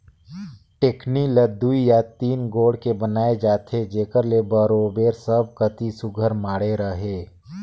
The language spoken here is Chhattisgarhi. टेकनी ल दुई या तीन गोड़ के बनाए जाथे जेकर ले बरोबेर सब कती सुग्घर माढ़े रहें